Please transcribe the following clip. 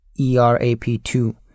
ERAP2